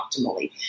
optimally